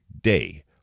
day